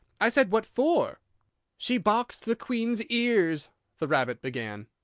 i said what for she boxed the queen's ears the rabbit began.